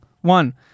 One